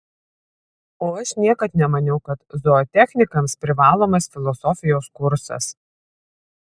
o aš niekad nemaniau kad zootechnikams privalomas filosofijos kursas